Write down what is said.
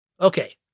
Okay